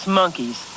monkeys